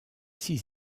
six